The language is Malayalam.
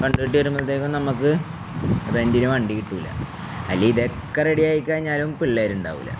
കണ്ടിട്ട് വരുമ്പത്തേക്ക നമക്ക് റെൻറിന് വണ്ടി കിട്ടൂല അല്ല ഇതക്കെ റെഡിയ ആയിക്കഴിഞ്ഞാലും പിള്ളേരുണ്ടാവൂല